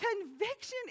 Conviction